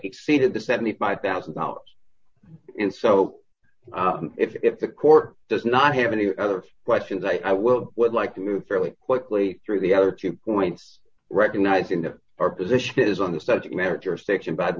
exceeded the seventy five thousand dollars and so if the court does not have any other questions i will would like to move fairly quickly through the other two points recognizing that our position is on the subject matter jurisdiction but i'd